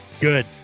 Good